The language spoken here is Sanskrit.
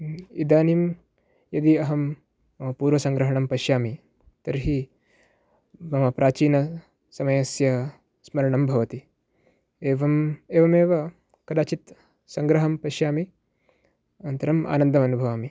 इदानीं यदि अहं पूर्वसङ्ग्रहणं पश्यामि तर्हि मम प्राचीनसमयस्य स्मरणं भवति एवम् एवमेव कदाचित् सङ्ग्रहणं पश्यामि अनन्तरम् आनन्दमनुभवामि